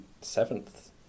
seventh